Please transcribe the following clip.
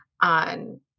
on